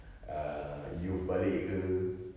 err youth balik ke